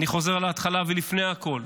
אני חוזר להתחלה, ולפני הכול,